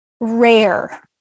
rare